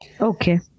okay